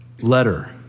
letter